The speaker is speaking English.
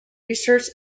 research